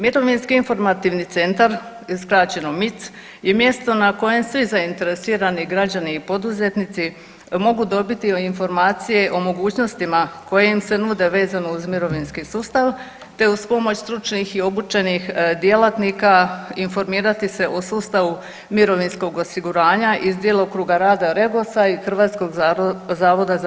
Mirovinski informativni centar ili skraćeno MIC je mjesto na kojem svi zainteresirani građani i poduzetnici mogu dobiti informacije o mogućnosti koje im se nude vezano uz mirovinski sustav te uz pomoć stručnih i obučenih djelatnika informirati se o sustavu mirovinskog osiguranja iz djelokruga rada REGOS-a i HZMO-a.